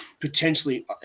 potentially